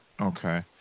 Okay